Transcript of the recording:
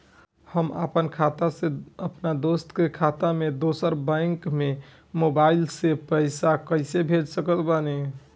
हम आपन खाता से अपना दोस्त के खाता मे दोसर बैंक मे मोबाइल से पैसा कैसे भेज सकत बानी?